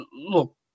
Look